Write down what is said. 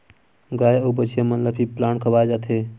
गाय अउ बछिया मन ल फीप्लांट खवाए जाथे